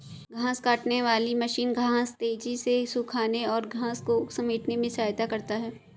घांस काटने वाली मशीन घांस तेज़ी से सूखाने और घांस को समेटने में सहायता करता है